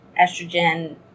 estrogen